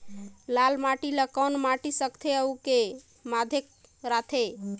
लाल माटी ला कौन माटी सकथे अउ के माधेक राथे?